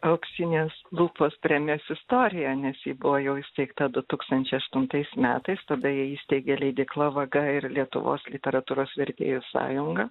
auksinės lupos premijos istoriją nes ji buvo jau įsteigta du tūkstančiai aštuntais metais tada ją įsteigė leidykla vaga ir lietuvos literatūros vertėjų sąjunga